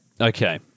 Okay